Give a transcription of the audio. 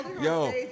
Yo